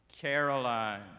Caroline